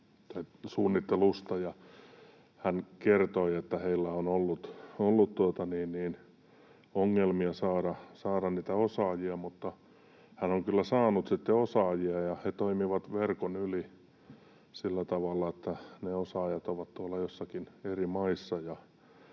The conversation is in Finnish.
suunnittelusta, ja hän kertoi, että heillä on ollut ongelmia saada niitä osaajia. Hän on kyllä saanut sitten osaajia, ja he toimivat verkon yli sillä tavalla, että ne osaajat ovat tuolla jossakin eri maissa.